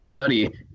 study